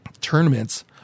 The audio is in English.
tournaments